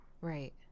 right